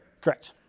Correct